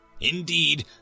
Indeed